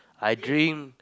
I drink